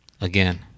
again